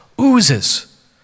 oozes